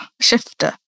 shifter